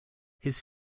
his